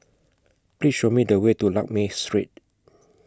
Please Show Me The Way to Lakme Street